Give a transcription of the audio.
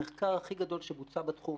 המחקר הכי גדול שבוצע בתחום